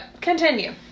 Continue